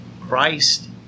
Christ